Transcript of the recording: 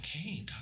okay